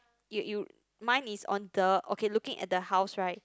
you you mine is on the okay looking at the house right